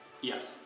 Yes